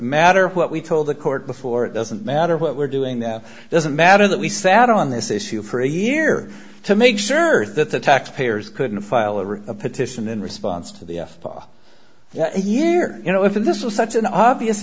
matter what we told the court before it doesn't matter what we're doing now doesn't matter that we sat on this issue for a year to make sure that the taxpayers couldn't file a petition in response to the ball here you know if this was such an obvious